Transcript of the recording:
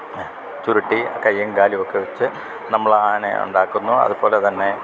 ചുരുട്ടി കയ്യും കാലുവൊക്കെ വെച്ച് നമ്മൾ ആനയെ ഉണ്ടാക്കുന്നു അതുപോലെ തന്നെ